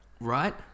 Right